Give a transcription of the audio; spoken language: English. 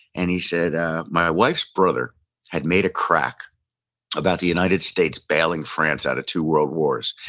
and he said my wife's brother had made a crack about the united states bailing france out of two world wars.